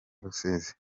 rusizi